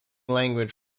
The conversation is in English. language